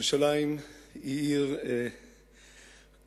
ירושלים היא עיר קדושה,